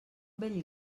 vell